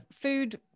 food